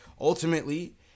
ultimately